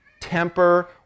temper